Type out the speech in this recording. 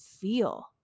feel